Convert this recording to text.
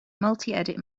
multiedit